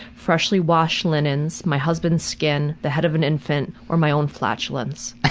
freshly washed linens, my husband's skin, the head of an infant, or my own flatulence. ah